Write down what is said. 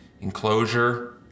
enclosure